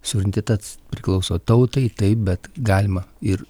suverenitetas priklauso tautai taip bet galima ir